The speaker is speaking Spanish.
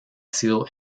sido